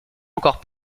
encore